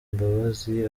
imbabazi